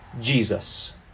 Jesus